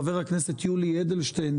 חבר הכנסת יולי אדלשטיין,